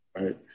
right